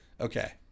Okay